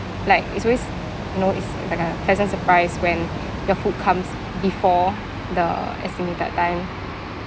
like it's always you know it's like a pleasant surprise when the food comes before the estimated time